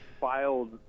filed